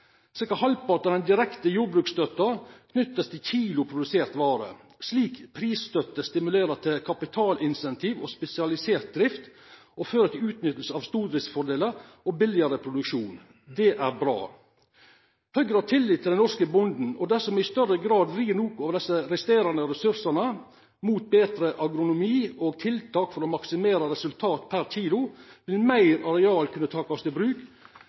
halvparten av den direkte jordbruksstøtta er knytt til kilo produsert vare. Slik prisstøtte stimulerer til kapitalintensiv og spesialisert drift og fører til utnytting av stordriftsfordelar og billigare produksjon. Det er bra. Høgre har tillit til den norske bonden, og dersom me i større grad vrir nokre av dei resterende ressursane mot betre agronomi og tiltak for å maksimera resultat per kilo, vil meir areal kunna takast i bruk,